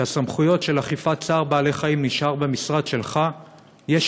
שהסמכויות של אכיפת צער בעלי-חיים נשארות במשרד שלך יש